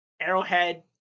Arrowhead